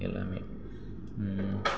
எல்லாமே